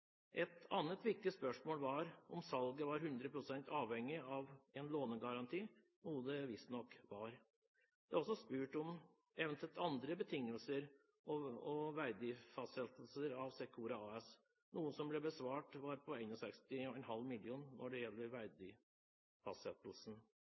Et annet viktig spørsmål var om salget var 100 pst. avhengig av en lånegaranti – noe det visstnok var. Det er også spurt om eventuelt andre betingelser og verdifastsettelser av Secora AS, noe som ble besvart med at verdifastsettelsen var på